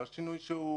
מה שינוי מהותי?